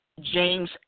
James